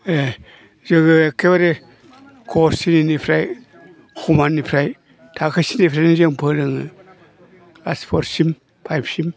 ए जोङो एखेबारे खसेनिफ्राय हमानिफ्राय थाखोसेनिफ्रायनो जों फोरोङो क्लास फरसिम फाइभसिम